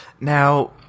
Now